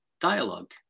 dialogue